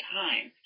time